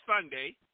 Sunday